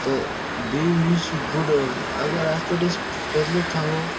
تہٕ بیٚیہِ یُس یہِ وُڑ ٲسۍ اَگر اَتھ پٮ۪ٹھ أسۍ پٔتلہٕ تھاوَو